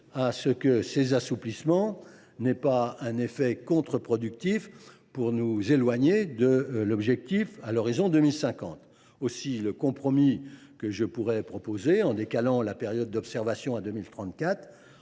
à ce que ces assouplissements n’aient pas un effet contre productif, qui pourrait nous éloigner de l’objectif à horizon 2050. Aussi, le compromis que je propose – décaler la période d’observation à 2034